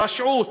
ברשעות,